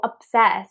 obsessed